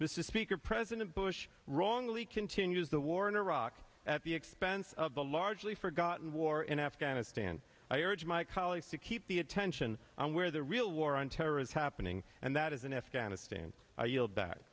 this is speaker president bush wrongly continues the war in iraq at the expense of the largely forgotten war in afghanistan i urge my colleagues to keep the attention where the real war on terror is happening and that is in afghanistan i yield back